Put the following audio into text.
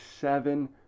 seven